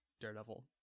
Daredevil